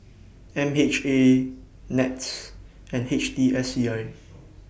M H A Nets and H T S E I